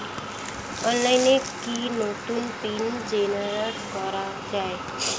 অনলাইনে কি নতুন পিন জেনারেট করা যায়?